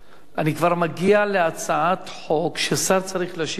אני כבר מגיע להצעת חוק ששר צריך להשיב עליה,